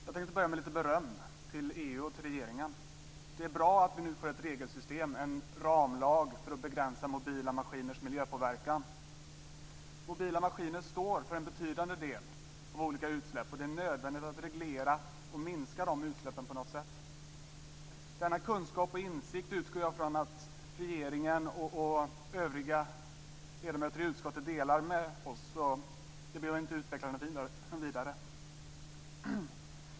Fru talman! Jag tänkte börja med lite beröm till EU och regeringen. Det är bra att vi får ett regelsystem, en ramlag för att begränsa mobila maskiners miljöpåverkan. Mobila maskiner står för en betydande del av olika utsläpp. Det är nödvändigt att reglera och minska de utsläppen på något sätt. Denna kunskap och insikt utgår jag från att regeringen och övriga ledamöter i utskottet delar med oss, så jag behöver inte utveckla frågan vidare.